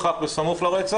שוב, לא בהכרח בסמוך לרצח,